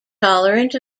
tolerant